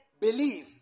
believe